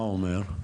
מה הוא אומר?